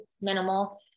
minimal